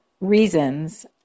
reasons